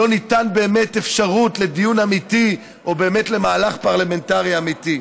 לא ניתנה באמת אפשרות לדיון אמיתי או באמת למהלך פרלמנטרי אמיתי.